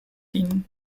dienen